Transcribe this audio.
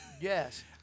Yes